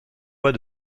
voix